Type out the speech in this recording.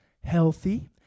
healthy